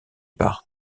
par